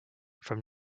from